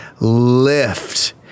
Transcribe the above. lift